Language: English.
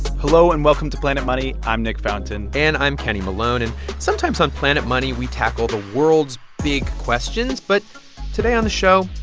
hello, and welcome to planet money. i'm nick fountain and i'm kenny malone. and sometimes on planet money, we tackle the world's big questions. but today on the show,